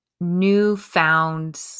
newfound